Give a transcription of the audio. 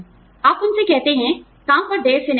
आप उनसे कहते हैं काम पर देर से नहीं आना